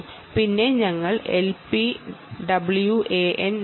പിന്നെ ഞങ്ങൾ LPWAN നോക്കി